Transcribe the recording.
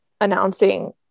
announcing